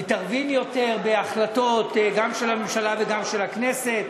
מתערבים יותר בהחלטות, גם של הממשלה וגם של הכנסת.